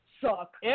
Suck